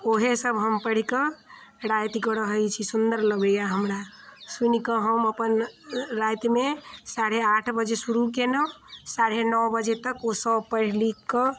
ओहे सभ हम पढ़ि कऽ रातिकऽ रहै छी सुन्दर लगैए हमरा सुनिकऽ हम अपन रातिमे साढ़े आठ बजे शुरू केनौ साढ़े नओ बजे तक ओ सभ पढ़ि लिखिकऽ